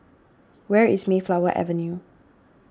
where is Mayflower Avenue